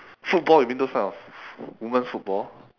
football you mean those kind of women's football